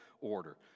order